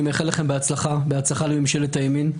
אני מאחל לכם בהצלחה, בהצלחה לממשלת הימין.